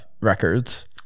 records